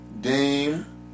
Dame